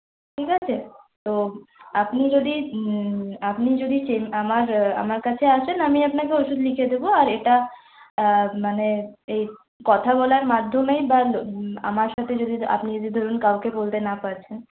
ঠিক আছে তো আপনি যদি আপনি যদি আমার আমার কাছে আসেন আমি আপনাকে ওষুধ লিখে দেবো আর এটা মানে এই কথা বলার মাধ্যমেই বা আমার সাথে যদি আপনি যদি ধরুন কাউকে বলতে না পারছেন